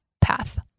path